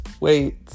Wait